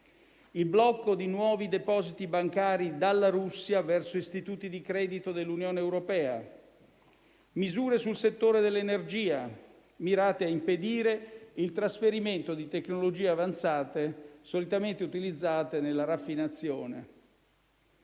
il blocco di nuovi depositi bancari dalla Russia verso istituti di credito dell'Unione europea; misure sul settore dell'energia, mirate a impedire il trasferimento di tecnologie avanzate solitamente utilizzate nella raffinazione;